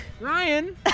Ryan